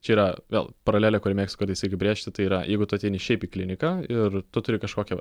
čia yra vėl paralelė kurią mėgstu kartais irgi brėžti tai yra jeigu tu ateini šiaip į kliniką ir tu turi kažkokią